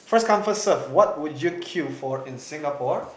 first come first serve what would you queue for in Singapore